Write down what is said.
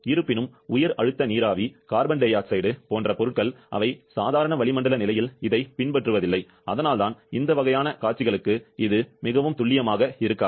இருப்பினும் உயர் அழுத்த நீராவி கார்பன் டை ஆக்சைடு போன்ற பொருட்கள் அவை சாதாரண வளிமண்டல நிலையில் இதைப் பின்பற்றுவதில்லை அதனால்தான் இந்த வகையான காட்சிகளுக்கு இது மிகவும் துல்லியமாக இருக்காது